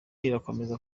irakomeza